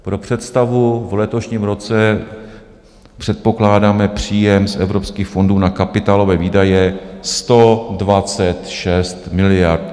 Pro představu, v letošním roce předpokládáme příjem z evropských fondů na kapitálové výdaje 126 miliard.